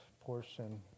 portion